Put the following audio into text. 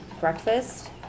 breakfast